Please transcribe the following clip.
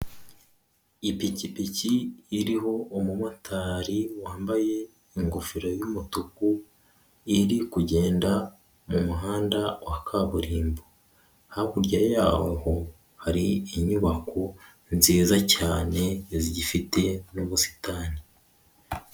Ipikipiki iriho umumotari wambaye ingofero y'umutuku, iri kugenda mu muhanda wa kaburimbo, hakurya yaho hari inyubako nziza cyane zigifite n'ubusitani.